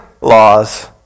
laws